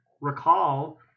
Recall